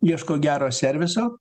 ieško gero serviso